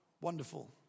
Wonderful